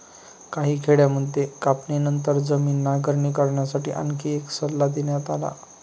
काही खेड्यांमध्ये कापणीनंतर जमीन नांगरणी करण्यासाठी आणखी एक सल्ला देण्यात आला